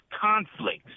conflicts